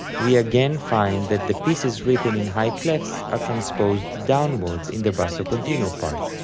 we again find that the pieces written in high clefs are transposed downwards in the basso continuo part.